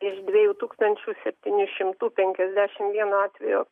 iš dviejų tūkstančių septynių šimtų penkiasdešimt vieno atvejo